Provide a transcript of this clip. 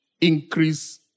increase